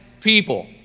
people